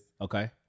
okay